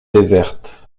déserte